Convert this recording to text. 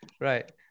Right